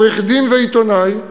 עורך-דין ועיתונאי,